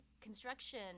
construction